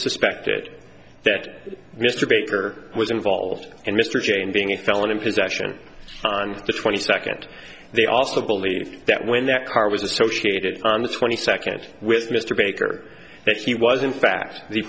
suspected that mr baker was involved and mr james being a felon in possession on the twenty second they also believe that when that car was associated on the twenty second with mr baker that he was in fact the